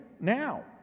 Now